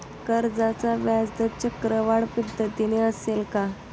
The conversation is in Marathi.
कर्जाचा व्याजदर चक्रवाढ पद्धतीने असेल का?